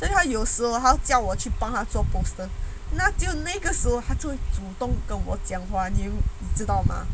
then 他有时候还叫我去帮他做 poster 那就只有那个时候他最主动跟我讲话你你知道吗